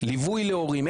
ליווי להורים,